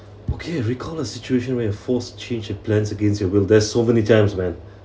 okay recall a situation where you're forced to change a plans against your will there's so many times man